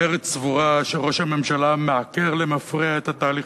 מרצ סבורה שראש הממשלה מעקר למפרע את התהליך